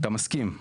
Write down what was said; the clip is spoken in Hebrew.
אתה מסכים?